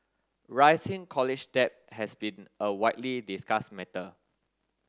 rising college debt has been a widely discussed matter